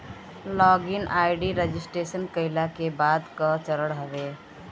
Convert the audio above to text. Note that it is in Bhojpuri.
लॉग इन आई.डी रजिटेशन कईला के बाद कअ चरण हवे